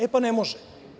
E, pa ne može.